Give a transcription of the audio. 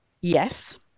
yes